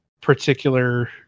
particular